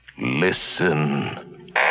Listen